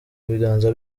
biganza